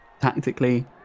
tactically